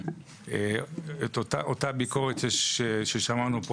את אותה ביקורת ששמענו פה,